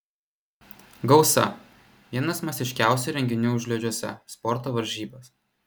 gausa vienas masiškiausių renginių užliedžiuose sporto varžybos